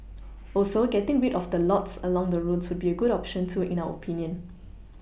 also getting rid of the lots along the roads would be a good option too in our oPinion